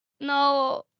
No